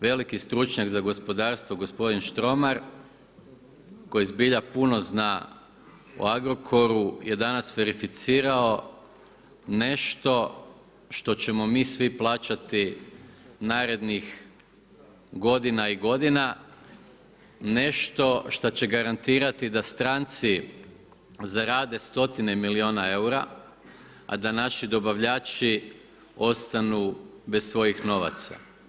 Veliki stručnjak za gospodarstvo, gospodin Štromar koji zbilja puno zna o Agrokoru je danas verificirao nešto što ćemo mi svi plaćati narednih godina i godina, nešto šta će garantirati da stranci zarade 100 milijuna eura a da naši dobavljači ostanu bez svojih novaca.